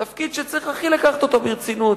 תפקיד שצריך לקחת אותו הכי ברצינות,